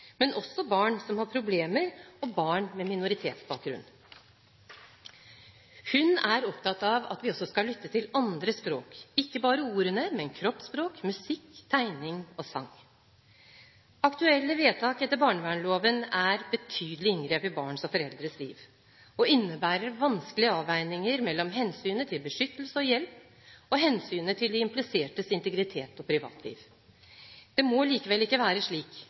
men også barn som har problemer, og barn med minoritetsbakgrunn. Hun er opptatt av at vi også skal lytte til andre språk, ikke bare til ordene, men til kroppsspråk, musikk, tegning og sang. Akutte vedtak etter barnevernloven er betydelige inngrep i barns og foreldres liv og innebærer vanskelige avveininger mellom hensynet til beskyttelse og hjelp og hensynet til de implisertes integritet og privatliv. Det må likevel ikke være slik